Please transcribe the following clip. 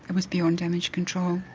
and was beyond damage control.